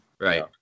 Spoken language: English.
Right